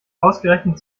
ausgerechnet